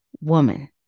woman